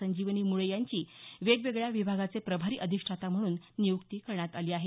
संजिवनी मुळे यांची वेगवेगळ्या विभागाचे प्रभारी अधिष्ठाता म्हणून नियुक्ती करण्यात आली आहे